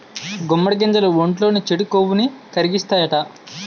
గుమ్మడి గింజలు ఒంట్లోని చెడు కొవ్వుని కరిగిత్తాయట